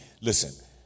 Listen